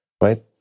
right